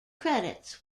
credits